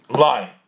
line